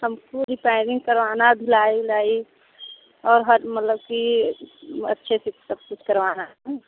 हम को रिपाइयरिंग कराना है धुलाई वुलाई और हर मतलब कि अच्छे से सब कुछ करवाना है